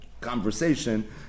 conversation